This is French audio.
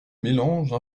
mélangent